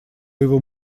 его